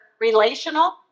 relational